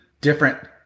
different